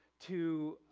to,